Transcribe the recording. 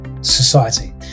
society